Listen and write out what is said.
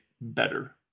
better